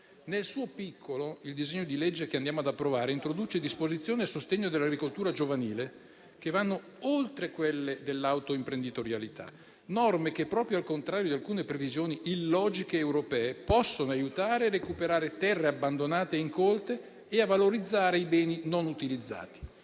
Nel suo piccolo, il disegno di legge che andiamo ad approvare introduce disposizioni a sostegno dell'agricoltura giovanile che vanno oltre quelle dell'autoimprenditorialità; norme che, al contrario di alcune previsioni illogiche europee, possono aiutare a recuperare terre abbandonate e incolte e a valorizzare i beni non utilizzati.